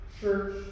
church